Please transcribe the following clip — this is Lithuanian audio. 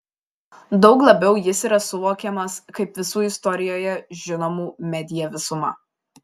daug labiau jis yra suvokiamas kaip visų istorijoje žinomų media visuma